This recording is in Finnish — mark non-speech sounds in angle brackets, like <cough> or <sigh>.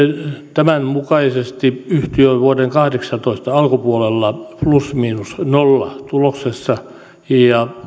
tämän mukaisesti yhtiö on vuoden kahdeksantoista alkupuolella plus miinus nolla tuloksessa ja <unintelligible>